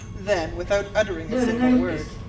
then, without uttering a single word,